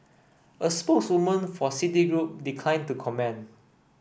a spokeswoman for Citigroup decline to comment